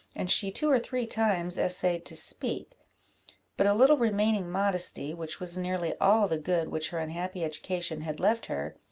and she two or three times essayed to speak but a little remaining modesty, which was nearly all the good which her unhappy education had left her,